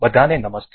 બધા ને નમસ્તે